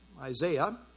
Isaiah